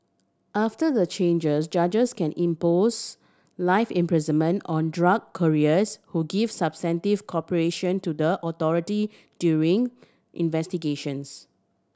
after the changes judges can impose life imprisonment on drug couriers who give substantive cooperation to the authority during investigations